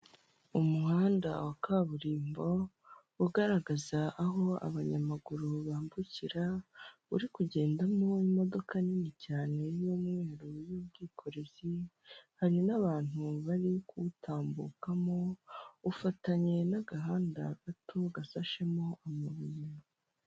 Inzu ikodeshwa iri Kicukiro muri Kigali, ifite ibyumba bine n'amadushe atatu na tuwarete ikaba ikodeshwa amafaranga ibihumbi magana atanu ku kwezi.